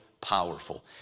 powerful